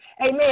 Amen